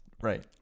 Right